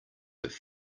have